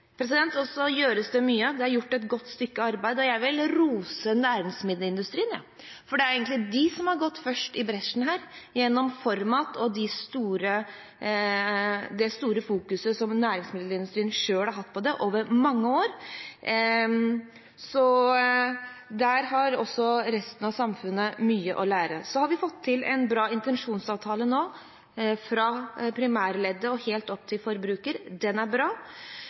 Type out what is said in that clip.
gjøres mye. Det er gjort et godt stykke arbeid, og jeg vil rose næringsmiddelindustrien. Det er egentlig de som har gått i bresjen for dette gjennom ForMat og den sterke fokuseringen som næringsmiddelindustrien selv har hatt på det over mange år. Der har også resten av samfunnet mye å lære. Man har nå fått til en bra intensjonsavtale fra primærleddet og helt opp til forbruker. Den er bra.